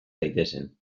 daitezen